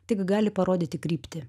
tik gali parodyti kryptį